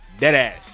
Deadass